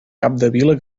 capdevila